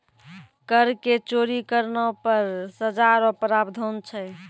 कर के चोरी करना पर सजा रो प्रावधान छै